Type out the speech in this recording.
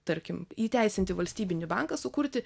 tarkim įteisinti valstybinį banką sukurti